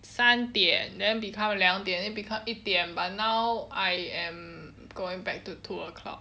三点 then become 两点 then become uh 一点 but now I am going back to two o'clock